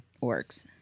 works